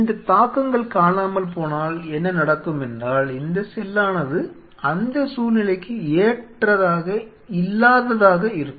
இந்த தாக்கங்கள் காணாமல் போனால் என்ன நடக்கும் என்றால் இந்த செல்லானது அந்த சூழ்நிலைக்கு ஏற்றதாக இல்லாததாக இருக்கும்